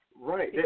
Right